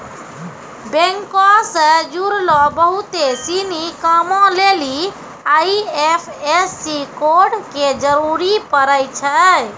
बैंको से जुड़लो बहुते सिनी कामो लेली आई.एफ.एस.सी कोड के जरूरी पड़ै छै